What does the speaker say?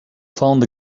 found